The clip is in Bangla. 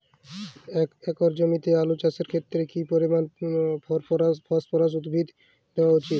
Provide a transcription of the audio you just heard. এক একর জমিতে আলু চাষের ক্ষেত্রে কি পরিমাণ ফসফরাস উদ্ভিদ দেওয়া উচিৎ?